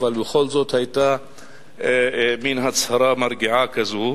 אבל בכל זאת היתה מין הצהרה מרגיעה כזו.